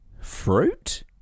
fruit